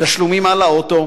תשלומים על האוטו,